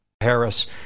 Harris